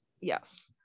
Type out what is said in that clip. Yes